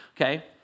Okay